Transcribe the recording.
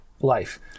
life